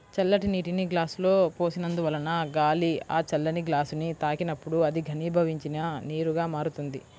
చల్లటి నీటిని గ్లాసులో పోసినందువలన గాలి ఆ చల్లని గ్లాసుని తాకినప్పుడు అది ఘనీభవించిన నీరుగా మారుతుంది